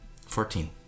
Fourteen